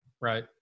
Right